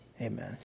Amen